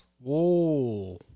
Whoa